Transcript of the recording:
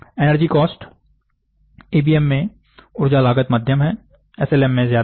energy cost EBM में ऊर्जा लागत मध्यम है एसएलएम में ज्यादा है